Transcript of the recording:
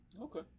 Okay